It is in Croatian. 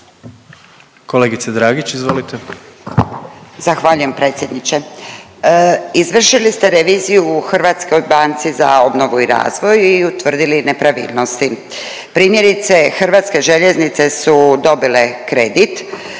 Kolegice Dragić, izvolite.